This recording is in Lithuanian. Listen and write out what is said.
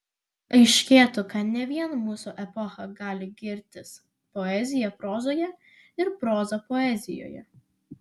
aiškėtų kad ne vien mūsų epocha gali girtis poezija prozoje ir proza poezijoje